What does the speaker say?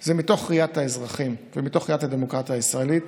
זה מתוך ראיית האזרחים ומתוך ראיית הדמוקרטיה הישראלית,